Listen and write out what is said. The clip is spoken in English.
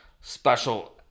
special